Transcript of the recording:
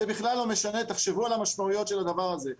זה בכלל לא משנה, תחשבו על המשמעויות של הדבר הזה.